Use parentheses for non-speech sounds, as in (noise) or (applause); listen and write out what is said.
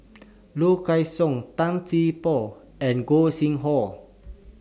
Low Kway Song Tan (unintelligible) Poh and Gog Sing Hooi